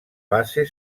base